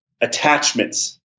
attachments